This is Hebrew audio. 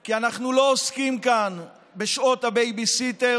כי אנחנו לא עוסקים כאן בשעות הבייביסיטר,